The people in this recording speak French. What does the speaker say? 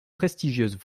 prestigieuses